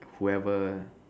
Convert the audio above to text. whoever